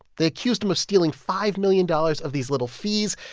they accused him of stealing five million dollars of these little fees,